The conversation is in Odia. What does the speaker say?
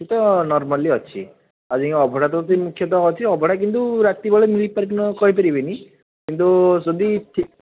ନର୍ମାଲି ଅଛି ଆଜି ଅବଢ଼ା ଦେଉଛନ୍ତି ମୁଖ୍ୟତଃ ଅଛି ଅବଢ଼ା କିନ୍ତୁ ରାତିବେଳେ ମିଳି ପାରିନ କହି ପାରିବିନି କିନ୍ତୁ ଯଦି ଠିକ୍